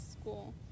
school